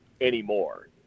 anymore